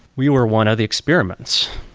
we were one of the experiments,